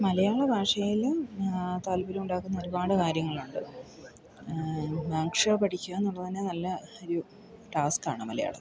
മലയാള ഭാഷയിലും താല്പര്യം ഉണ്ടാക്കുന്ന ഒരുപാട് കാര്യങ്ങളുണ്ട് ഭാഷ പഠിക്കുകയെന്നുള്ളതു തന്നെ നല്ല ഒരു ടാസ്കാണ് മലയാളത്തിൻറ്റെ